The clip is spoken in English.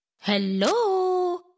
Hello